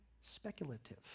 speculative